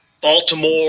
Baltimore